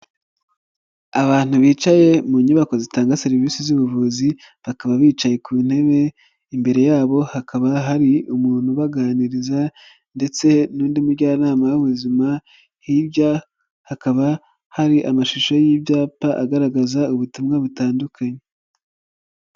Abantu bicaye mu nyubako zitanga serivisi z'ubuvuzi bakaba bicaye ku ntebe, imbere yabo hakaba hari umuntu ubaganiriza ndetse n'undi mujyanama w'ubuzima, hirya hakaba hari amashusho y'ibyapa agaragaza ubutumwa butandukanye.